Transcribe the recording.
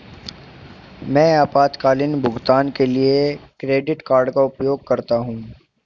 मैं आपातकालीन भुगतान के लिए क्रेडिट कार्ड का उपयोग करता हूं